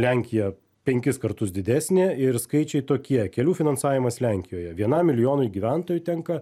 lenkija penkis kartus didesnė ir skaičiai tokie kelių finansavimas lenkijoje vienam milijonui gyventojų tenka